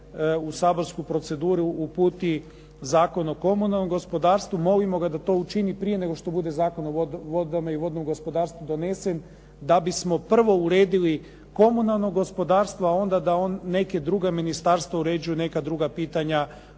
u saborsku proceduru uputi Zakon o komunalnom gospodarstvu. Molimo ga da to učini prije nego što bude Zakon o vodama i vodnom gospodarstvu donesen da bismo prvo uredili komunalno gospodarstvo, a onda da neka druga ministarstva uređuju neka druga pitanja